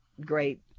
great